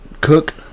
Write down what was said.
cook